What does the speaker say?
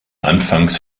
anfangs